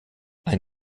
ein